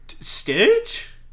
Stitch